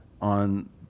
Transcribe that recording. on